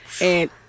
and-